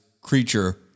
creature